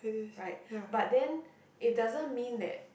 right but then it doesn't mean that